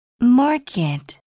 Market